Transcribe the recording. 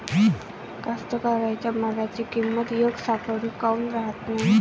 कास्तकाराइच्या मालाची किंमत यकसारखी काऊन राहत नाई?